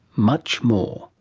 much more.